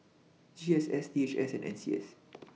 GSS DHS and NCS